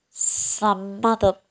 സമ്മതം